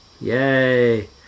Yay